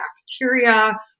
bacteria